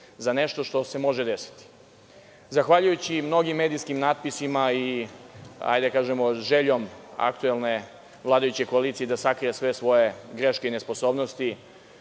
za nešto što se može desiti. Zahvaljujući mnogim medijskim natpisima i željom aktuelne vladajuće koalicije da sakrije sve svoje greške i nesposobnosti,